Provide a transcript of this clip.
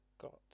Got